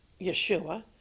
Yeshua